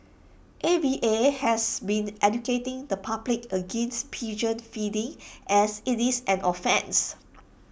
A V A has been educating the public against pigeon feeding as IT is an offence